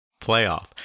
playoff